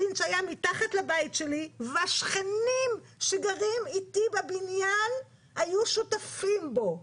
הלינץ' היה מתחת לבית שלי והשכנים שגרים איתי בבניין היו שותפים בו.